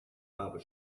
barber